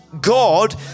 God